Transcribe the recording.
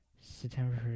September